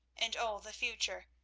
and all the future,